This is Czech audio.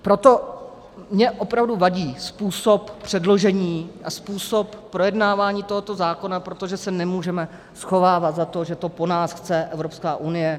Proto mně opravdu vadí způsob předložení a způsob projednávání tohoto zákona, protože se nemůžeme schovávat za to, že to po nás chce Evropská unie.